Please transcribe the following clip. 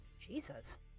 Jesus